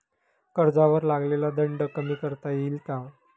कर्जावर लागलेला दंड कमी करता येईल का?